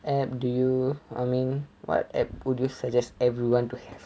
app do you I mean what app would you suggest everyone to have